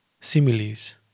similes